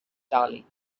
daly